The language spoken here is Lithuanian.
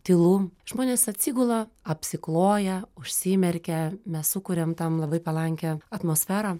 tylu žmonės atsigula apsikloja užsimerkia mes sukuriam tam labai palankią atmosferą